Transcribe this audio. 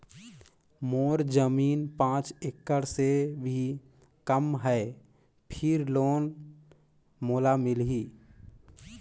मोर जमीन पांच एकड़ से भी कम है फिर लोन मोला मिलही?